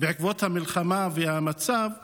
בעקבות המלחמה והמצב,